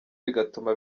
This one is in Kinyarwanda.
bigatuma